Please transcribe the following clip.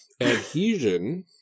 adhesion